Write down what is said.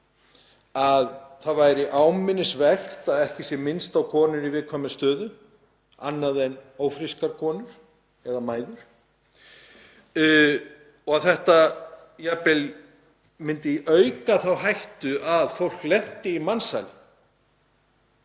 að það væri ámælisvert að ekki væri minnst á konur í viðkvæmri stöðu, aðrar en ófrískar konur eða mæður, og að þetta myndi jafnvel auka hættu á að fólk lenti í mansali.